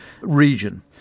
region